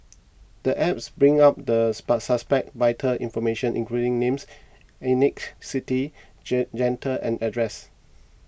the app brings up the spa suspect's vital information including names ethnicity gender and address